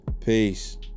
Peace